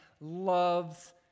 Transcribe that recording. loves